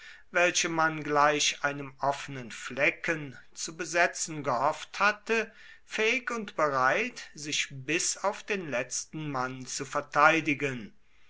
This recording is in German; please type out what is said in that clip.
welche man gleich einem offenen flecken zu besetzen gehofft hatte fähig und bereit sich bis auf den letzten mann zu verteidigen